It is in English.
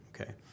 okay